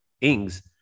ings